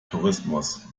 tourismus